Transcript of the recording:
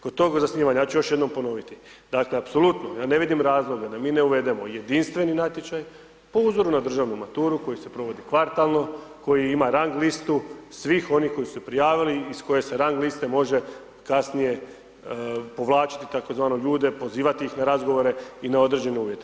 Kod tog zasnivanja, ja ću još jednom ponoviti, dakle apsolutno ja ne vidim razloga da mi ne uvedemo jedinstveni natječaj po uzoru na državnu maturu koji se provodi kvartalno, koji ima rang listu svih onih koji su se prijavili, iz koje se rang liste može kasnije povlačiti tzv. ljude, pozivati ih na razgovore i na određene uvjete.